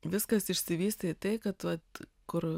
viskas išsivystė į tai kad vat kur